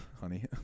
honey